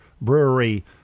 brewery